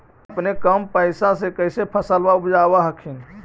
अपने कम पैसा से कैसे फसलबा उपजाब हखिन?